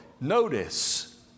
Notice